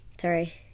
sorry